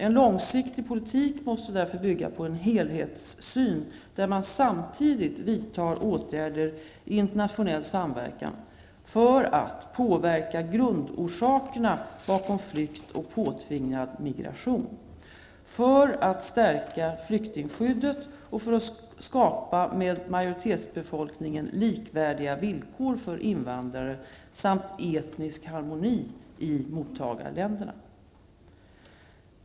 En långsiktig politik måste därför bygga på en helhetssyn där man samtidigt vidtar åtgärder - i internationell samverkan -- för att påverka grundorsakerna bakom flykt och påtvingad migration, för att stärka flyktingskyddet och för att skapa med majoritetsbefolkningen likvärdiga villkor för invandrare samt etnisk harmoni i mottagarländerna.